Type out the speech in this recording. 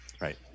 right